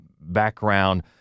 background